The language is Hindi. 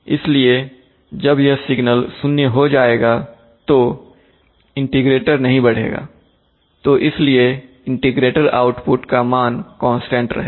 इसलिए जब यह सिग्नल 0 हो जाएगा तो इंटीग्रेटर नहीं बढ़ेगा तो इसलिए इंटीग्रेटर आउटपुट का मान कांस्टेंट रहेगा